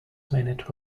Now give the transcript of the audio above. minute